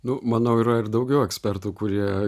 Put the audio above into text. nu manau yra ir daugiau ekspertų kurie